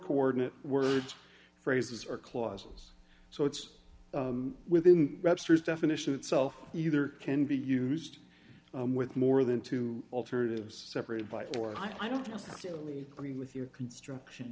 coordinate words phrases or clauses so it's within webster's definition itself either can be used with more than two alternatives separated by or i don't necessarily agree with your construction